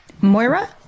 Moira